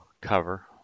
cover